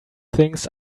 things